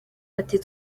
ati